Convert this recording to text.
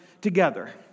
together